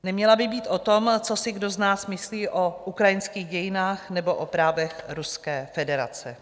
Neměla by být o tom, co si kdo z nás myslí o ukrajinských dějinách nebo o právech Ruské federace.